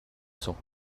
cents